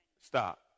Stop